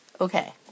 okay